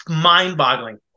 mind-boggling